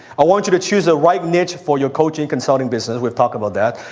i want you to choose a right niche for you coaching, consulting business. we've talked about that.